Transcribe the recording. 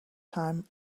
time